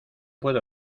puedo